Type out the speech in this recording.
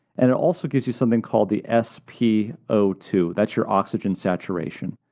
and it also gives you something called the s p o two. that's your oxygen saturation.